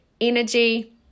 energy